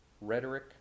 rhetoric